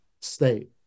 state